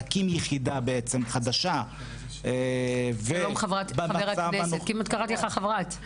להקים יחידה חדשה במצב הנוכחי --- שלום חבר הכנסת רביבו.